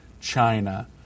China